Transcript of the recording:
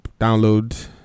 download